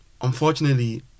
Unfortunately